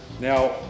Now